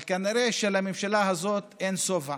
אבל כנראה שלממשלה הזאת אין שובע